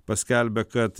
paskelbė kad